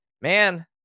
Man